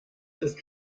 ist